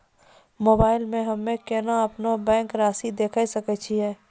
Mobile मे हम्मय केना अपनो बैंक रासि देखय सकय छियै?